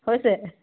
হৈছে